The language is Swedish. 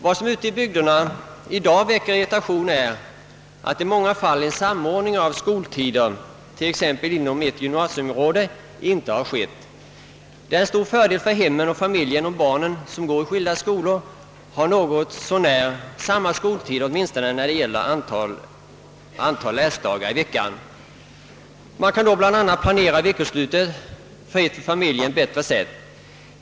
Vad som i dag väcker irritation ute i bygderna är att i många fall en samordning av skoltiderna inom t.ex. ett gymnasieområde inte gjorts. Det är en stor fördel för hemmen och familjerna, om barnen som kanske går i skilda skolor har något så när lika skoltid åtminstone när det gäller antalet läsdagar i veckan. Man kan då bl.a. planera veckoslutet på ett för familjen bättre sätt.